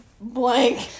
Blank